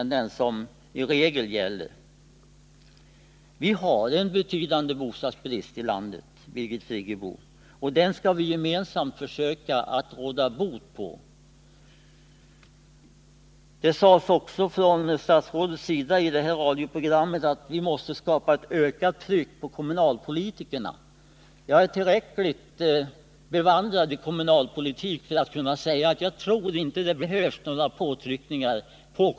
Men vi har en betydande bostadsbrist i landet, Birgit Friggebo, och den skall vi gemensamt försöka att råda bot på. I det radioprogram jag talade om sade statsrådet också att vi måste skapa ett ökat tryck på kommunalpolitikerna. Jag är tillräckligt bevandrad i kommunalpolitiken för att kunna säga att några sådana påtryckningar inte behövs.